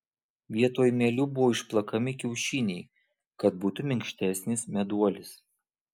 vietoj mielių buvo išplakami kiaušiniai kad būtų minkštesnis meduolis